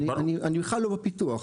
אני בכלל לא בפיתוח,